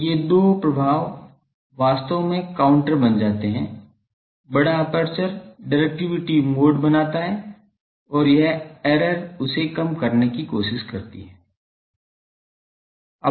तो ये दो प्रभाव वास्तव में काउंटर बन जाते हैं बड़ा एपर्चर डिरेक्टिविटी मोड बनाता है और यह एरर उसे कम करने की कोशिश करती है